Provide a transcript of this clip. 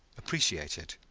appreciate it.